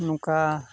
ᱱᱚᱝᱠᱟ